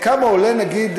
נניח,